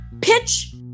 pitch